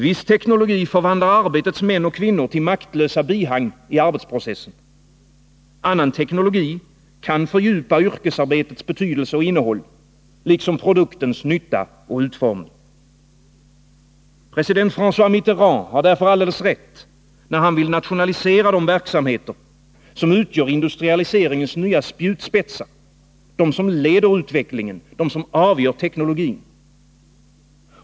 Viss teknologi förvandlar arbetets män och kvinnor till maktlösa bihang i arbetsprocessen. Annan teknologi kan fördjupa yrkesarbetets betydelse och innehåll, liksom produktens nytta och utformning. President Frangois Mitterand har därför alldeles rätt, när han vill nationalisera de verksamheter som utgör industrialiseringens nya spjutspetsar — de som leder utvecklingen, de som avgör teknologin.